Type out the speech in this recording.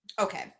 Okay